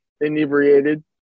inebriated